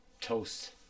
toast